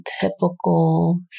typical